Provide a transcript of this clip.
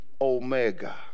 Omega